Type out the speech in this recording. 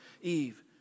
Eve